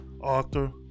author